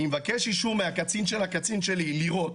אני מבקש אישור מהקצין של הקצין שלי לירות,